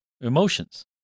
emotions